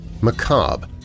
macabre